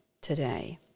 today